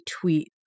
tweet